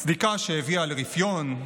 סדיקה שהביאה לרפיון,